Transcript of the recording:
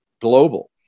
global